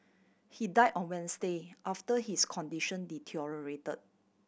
he died on Wednesday after his condition deteriorate